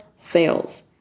fails